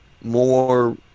more